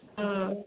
हँ